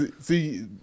see